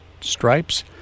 Stripes